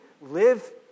live